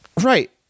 right